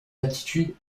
aptitudes